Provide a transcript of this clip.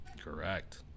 Correct